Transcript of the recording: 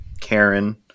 Karen